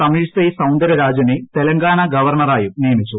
തമിഴിസൈ സൌന്ദര രാജനെ തെലങ്കാന ഗവർണറായും നിയിമിച്ചു